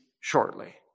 shortly